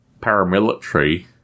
paramilitary